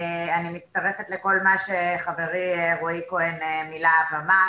אני מצטרפת לכל מה שחברי רועי כהן מלהב אמר.